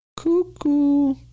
cuckoo